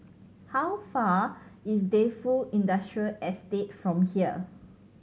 how far is Defu Industrial Estate from here